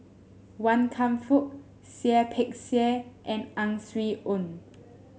Wan Kam Fook Seah Peck Seah and Ang Swee Aun